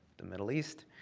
the middle east,